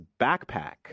backpack